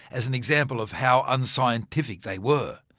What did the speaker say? as an example of how unscientific they were.